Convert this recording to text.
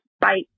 Bye